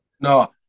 No